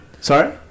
Sorry